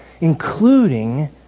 including